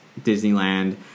Disneyland